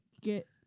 get